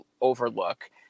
overlook